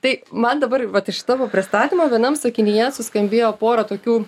tai man dabar vat iš tavo pristatymo vienam sakinyje suskambėjo porą tokių